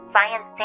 Science